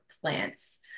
plants